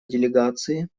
делегации